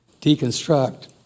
deconstruct